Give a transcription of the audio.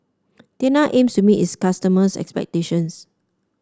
tena aims to meet its customers' expectations